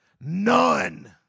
None